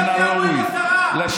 מבינים, אתם אכזריים, אכזריים.